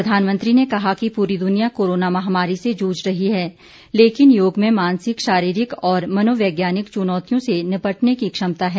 प्रधानमंत्री ने कहा कि पूरी दुनिया कोरोना महामारी से जुझ रही है लेकिन योग में मानसिक शारीरिक और मनोवैज्ञानिक चुनौतियों से निपटने की क्षमता है